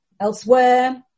elsewhere